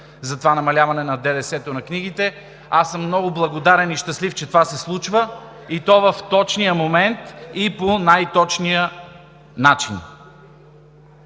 за намаляването на ДДС-то върху книгите. Аз съм много благодарен и щастлив, че това се случва, и то в точния момент и по най-точния начин.